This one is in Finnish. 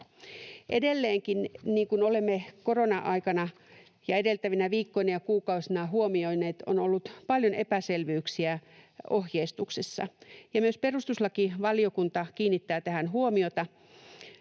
Edelleenkin, niin kuin olemme korona-aikana ja edeltävinä viikkoina ja kuukausina huomioineet, on ollut paljon epäselvyyksiä ohjeistuksessa. Myös perustuslakivaliokunta kiinnittää tähän huomiota: